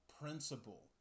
principle